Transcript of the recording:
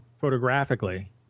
photographically